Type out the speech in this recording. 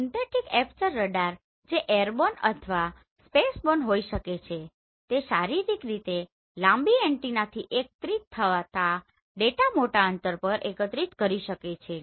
synthetic aperture radar જે airborne અથવા spaceborne હોઈ શકે છે તે શારીરિક રીતે લાંબી એન્ટેનાથી એક ત્રિત થતાં ડેટા મોટા અંતર પર એકત્રિત કરી શકે છે